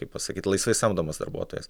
kaip pasakyt laisvai samdomas darbuotojas